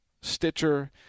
Stitcher